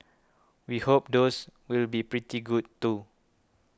we hope those will be pretty good too